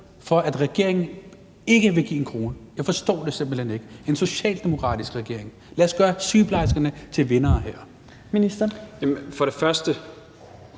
for, at regeringen ikke vil give en krone. Jeg forstår det simpelt hen ikke – en socialdemokratisk regering! Lad os gøre sygeplejerskerne til vindere her. Kl. 17:09 Fjerde